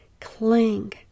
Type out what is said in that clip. Cling